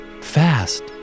fast